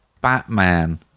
Batman